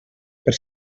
per